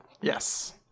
Yes